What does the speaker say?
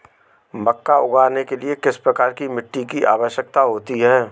मक्का उगाने के लिए किस प्रकार की मिट्टी की आवश्यकता होती है?